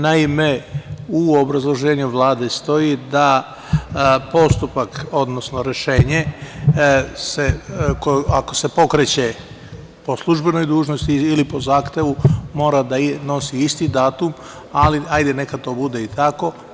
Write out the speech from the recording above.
Naime, u obrazloženju Vlade stoji da postupak, odnosno rešenje ako se pokreće po službenoj dužnosti ili po zahtevu mora da nosi isti datum, ali neka to bude i tako.